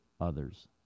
others